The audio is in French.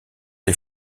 les